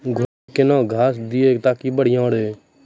घोड़ा का केन घास दिए ताकि बढ़िया रहा?